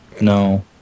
No